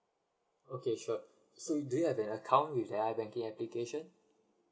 okay sure so do you have an account with the ibanking application